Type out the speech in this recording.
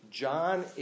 John